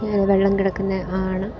വെള്ളം കിടക്കുന്നത് ആണ്